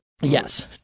yes